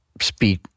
speak